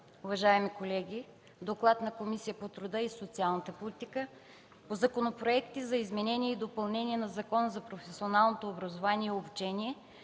Уважаеми колеги, „ДОКЛАД на Комисията по труда и социалната политика по Законопроекти за изменение и допълнение на Закона за професионалното образование и обучение,